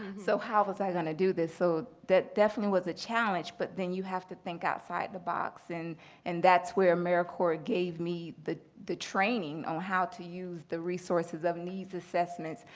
so how was going to do this? so that definitely was a challenge, but then you have to think outside the box, and and that's where americorps gave me the the training on how to use the resources of needs assessments,